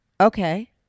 Okay